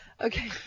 Okay